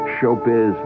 showbiz